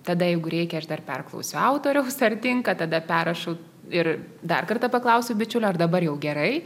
tada jeigu reikia aš dar perklausiau autoriaus ar tinka tada perrašau ir dar kartą paklausiu bičiulio ar dabar jau gerai